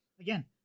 again